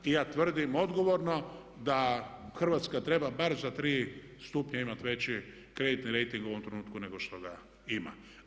I ja tvrdim odgovorno da Hrvatska treba bar za tri stupnja imati veći kreditni rejting u ovom trenutku nego što ga ima.